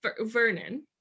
Vernon